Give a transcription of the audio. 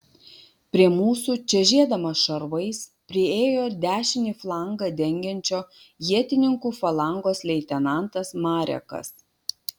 prie mūsų čežėdamas šarvais priėjo dešinį flangą dengiančio ietininkų falangos leitenantas marekas